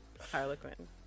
Harlequin